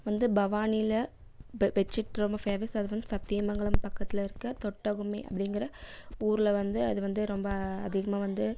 வந்து பவானியில் பெ பெட் சீட் ரொம்ப ஃபேமஸ் அது வந்து சத்தியமங்கலம் பக்கத்தில் இருக்க தொட்டகுமே அப்டிங்கிற ஊரில் வந்து அது வந்து ரொம்ப அதிகமாக வந்து